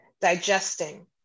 digesting